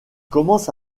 commence